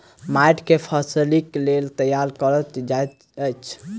माइट के फसीलक लेल तैयार कएल जाइत अछि